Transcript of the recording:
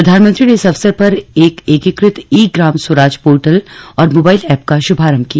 प्रधानमंत्री ने इस अवसर पर एक एकीकृत ई ग्राम स्वराज पोर्टल और मोबाइल ऐप का शुभारंभ किया